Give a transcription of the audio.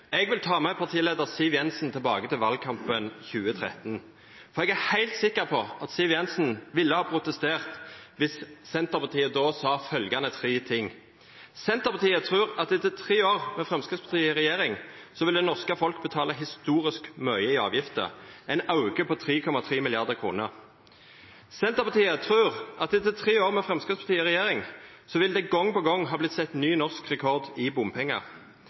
Eg vil ta med parileiar Siv Jensen tilbake til valkampen i 2013. Eg er heilt sikker på at Siv Jensen ville ha protestert dersom Senterpartiet då hadde sagt følgjande tre ting: Senterpartiet trur at etter tre år med Framstegspartiet i regjering vil det norske folk betala historisk mykje i avgifter; ein auke på 3,3 mrd. kr. Senterpartiet trur at etter tre år med Framstegspartiet i regjering vil det gong på gong har vorte sett ny norsk rekord i bompengar.